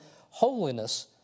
holiness